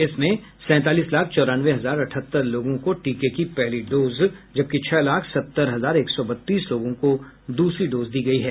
इसमें सैंतालीस लाख चौरानवे हजार अठहत्तर लोगों को टीके की पहली डोज जबकि छह लाख सत्तर हजार एक सौ बत्तीस लोगों को द्रसरी डोज दी गयी है